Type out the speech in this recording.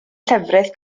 llefrith